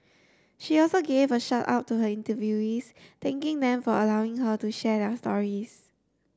she also gave a shout out to her interviewees thanking them for allowing her to share their stories